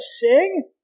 sing